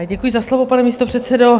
Děkuji za slovo, pane místopředsedo.